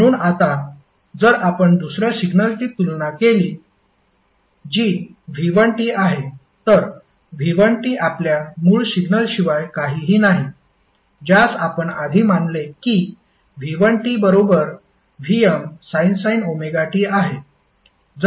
म्हणून आता जर आपण दुसर्या सिग्नलशी तुलना केली जी v1t आहे तर v1t आपल्या मूळ सिग्नलशिवाय काहीही नाही ज्यास आपण आधी मानले की v1t बरोबर Vmsin ωt आहे